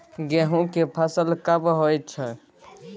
गेहूं के फसल कब होय छै?